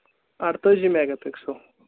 اَرتٲجی mega pixel